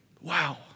Wow